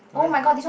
why